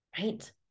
right